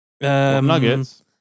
Nuggets